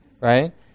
right